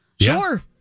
Sure